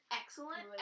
excellent